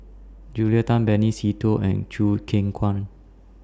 Julia Tan Benny Se Teo and Choo Keng Kwang